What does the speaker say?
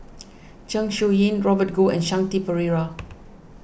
Zeng Shouyin Robert Goh and Shanti Pereira